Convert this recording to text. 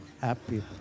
happy